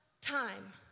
time